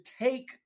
take